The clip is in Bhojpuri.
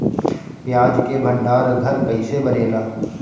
प्याज के भंडार घर कईसे बनेला?